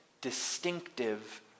distinctive